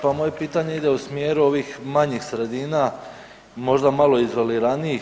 Pa moje pitanje ide u smjeru ovih manjih sredina možda malo izoliranijih.